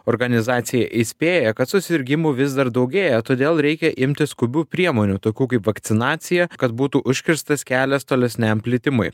organizacija įspėja kad susirgimų vis dar daugėja todėl reikia imtis skubių priemonių tokių kaip vakcinacija kad būtų užkirstas kelias tolesniam plitimui